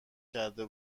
کرده